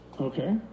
Okay